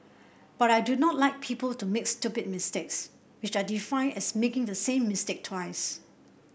but I do not like people to make stupid mistakes which I define as making the same mistake twice